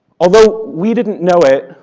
although we didn't know it,